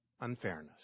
unfairness